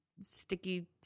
sticky